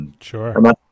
Sure